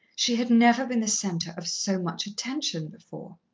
she had never been the centre of so much attention before.